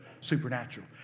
supernatural